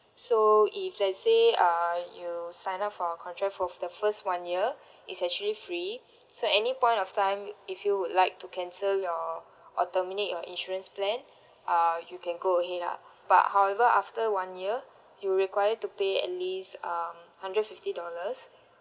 so if let's say uh you sign up for our contract for the first one year it's actually free so any point of time if you would like to cancel your or terminate your insurance plan uh you can go ahead ah but however after one year you require to pay at least um hundred fifty dollars